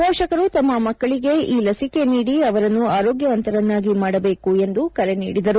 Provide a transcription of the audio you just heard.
ಪೋಷಕರು ತಮ್ಮ ಮಕ್ಕಳಿಗೆ ಈ ಲಸಿಕೆ ನೀಡಿ ಅವರನ್ನು ಆರೋಗ್ಯವಂತರನ್ನಾಗಿ ಮಾಡಬೇಕು ಎಂದು ಕರೆ ನೀಡಿದರು